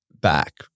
back